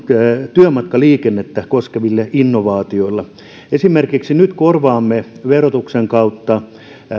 työmatkaliikennettä koskeville innovaatioille esimerkiksi nyt korvaamme verotuksen kautta